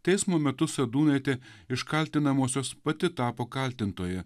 teismo metu sadūnaitė iš kaltinamosios pati tapo kaltintoja